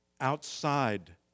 outside